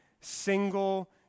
single